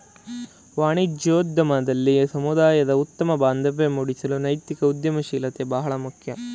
ವಾಣಿಜ್ಯೋದ್ಯಮದಲ್ಲಿ ಸಮುದಾಯದ ಉತ್ತಮ ಬಾಂಧವ್ಯ ಮೂಡಿಸಲು ನೈತಿಕ ಉದ್ಯಮಶೀಲತೆ ಬಹಳ ಮುಖ್ಯ